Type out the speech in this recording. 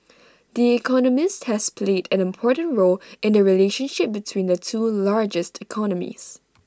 the economist has played an important role in the relationship between the two largest economies